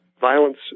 violence